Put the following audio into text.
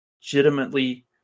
legitimately